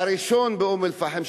הראשון באום אל-פחם,